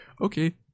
okay